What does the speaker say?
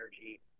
energy